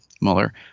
Mueller